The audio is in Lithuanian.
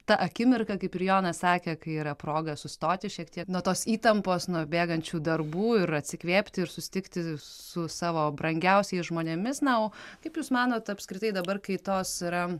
ta akimirka kaip ir jonas sakė kai yra proga sustoti šiek tiek nuo tos įtampos nuo bėgančių darbų ir atsikvėpti ir susitikti su savo brangiausiais žmonėmis na o kaip jūs manot apskritai dabar kai tos yra